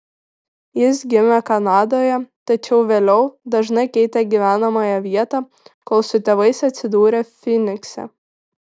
jis gimė kanadoje tačiau vėliau dažnai keitė gyvenamąją vietą kol su tėvais atsidūrė fynikse